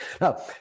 Now